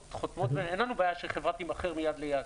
אין לנו בעיה שחברה תימכר מיד ליד,